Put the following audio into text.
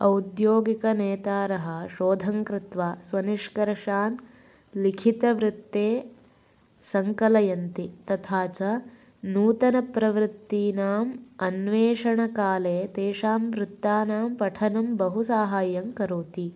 औद्योगिकनेतारः शोधं कृत्वा स्वनिष्कर्षान् लिखितवृत्ते सङ्कलयन्ति तथा च नूतनप्रवृत्तीनाम् अन्वेषणकाले तेषां वृत्तानां पठनं बहु सहायं करोति